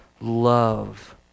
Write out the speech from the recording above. love